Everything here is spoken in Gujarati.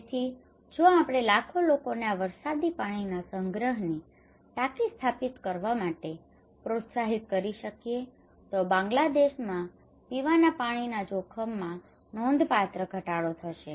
તેથી જો આપણે લાખો લોકોને આ વરસાદી પાણીના સંગ્રહની ટાંકી સ્થાપિત કરવા માટે પ્રોત્સાહિત કરી શકીએ તો બાંગ્લાદેશમાં પીવાના પાણીના જોખમમાં નોંધપાત્ર ઘટાડો થશે